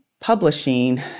Publishing